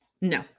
No